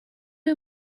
you